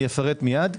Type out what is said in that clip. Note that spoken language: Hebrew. אפרט מייד.